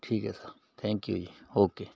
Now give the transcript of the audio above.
ਠੀਕ ਹੈ sir thank you ਜੀ ਓਕੇ